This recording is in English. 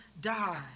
die